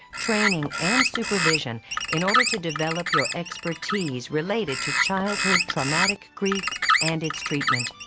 training and supervision in order to develop your expertise related to childhood traumatic grief and its treatment.